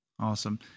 awesome